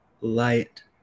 light